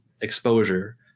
exposure